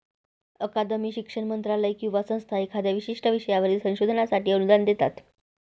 अकादमी, शिक्षण मंत्रालय किंवा संस्था एखाद्या विशिष्ट विषयावरील संशोधनासाठी अनुदान देतात